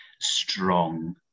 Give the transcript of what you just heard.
Strong